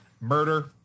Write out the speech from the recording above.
Murder